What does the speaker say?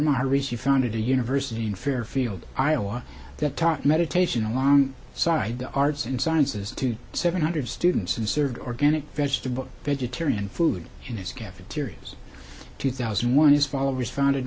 maryse you founded a university in fairfield iowa that taught meditation along side the arts and sciences to seven hundred students and served organic vegetable vegetarian food in his cafeterias two thousand and one his followers founded